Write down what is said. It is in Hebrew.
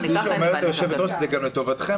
כפי שאומרת היושבת ראש, זה גם לטובתכם.